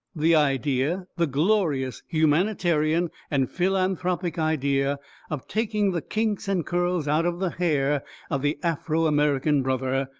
the idea the glorious humanitarian and philanthropic idea of taking the kinks and curls out of the hair of the afro-american brother,